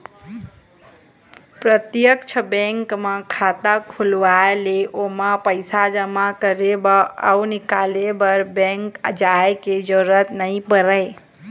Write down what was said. प्रत्यक्छ बेंक म खाता खोलवाए ले ओमा पइसा जमा करे बर अउ निकाले बर बेंक जाय के जरूरत नइ परय